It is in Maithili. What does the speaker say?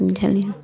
बुझलियै